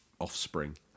offspring